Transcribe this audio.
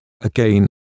again